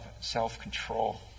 self-control